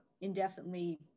indefinitely